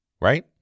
right